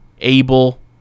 Abel